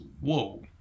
whoa